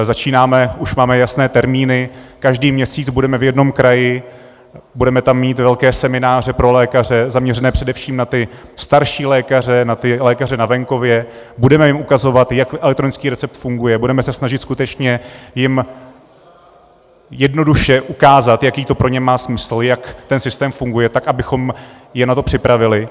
Začínáme, už máme jasné termíny, každý měsíc budeme v jednom kraji, budeme tam mít velké semináře pro lékaře zaměřené především na ty starší lékaře, na ty lékaře na venkově, budeme jim ukazovat, jak elektronický recept funguje, budeme se jim snažit skutečně jednoduše ukázat, jaký to pro ně má smysl, jak ten systém funguje, tak abychom je na to připravili.